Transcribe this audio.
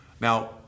Now